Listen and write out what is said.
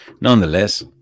Nonetheless